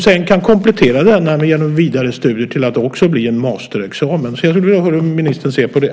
Den kan genom vidare studier sedan kompletteras till att även bli en masterexamen. Jag skulle vilja höra hur ministern ser på det.